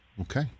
Okay